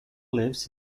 lives